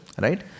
right